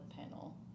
panel